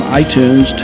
iTunes